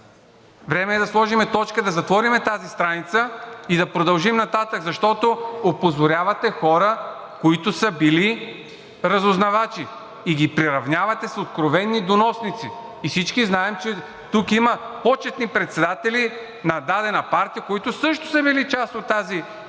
Време е да сложим точка, да затворим тази страница и да продължим нататък, защото опозорявате хора, които са били разузнавачи, и ги приравнявате с откровени доносници. Всички знаем, че тук има почетни председатели на дадена партия, които също са били част от тази структура,